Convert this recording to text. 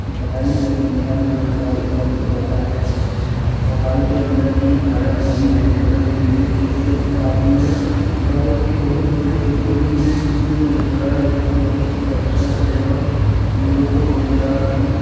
भारी जनसंख्या में रोज़गार उपलब्ध होता है भोपाल के अंदर ही भारत हैवी इलेक्ट्रिकल लिमिटेड जो कि अपने आप में भारत की बहुत बड़ी कम्पनी है जिस में रोज़गार हेतु बहुत से अवसर एवं लोगों को रोज़गार भी